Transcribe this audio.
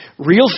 Real